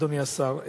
אדוני השר,